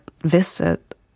visit